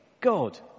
God